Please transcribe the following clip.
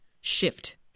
shift